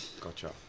Gotcha